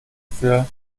für